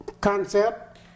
concept